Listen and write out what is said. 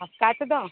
अब काटि दौ